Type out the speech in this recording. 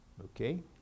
okay